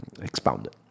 expounded